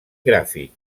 gràfic